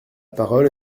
parole